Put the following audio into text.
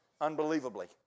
unbelievably